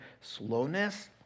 slowness